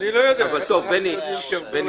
אני רוצה להתייחס להערות האלה.